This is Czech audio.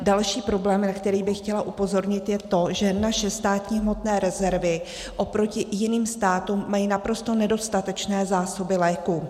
Další problém, na kterých bych chtěla upozornit, je to, že naše státní hmotné rezervy oproti jiným státům mají naprosto nedostatečné zásoby léků.